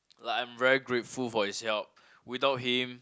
like I'm very grateful for his help without him